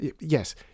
yes